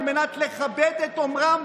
על מנת לכבד את אומריהם,